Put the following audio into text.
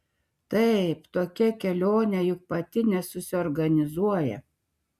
taip tokia kelionė juk pati nesusiorganizuoja